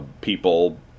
people